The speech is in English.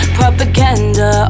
propaganda